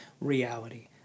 reality